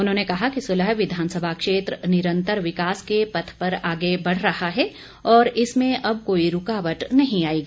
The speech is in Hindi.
उन्होंने कहा कि सुलह विधानसभा क्षेत्र निरन्तर विकास के पथ पर आगे बढ़ रहा है और इसमें अब कोई रूकावट नहीं आएगी